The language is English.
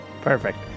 Perfect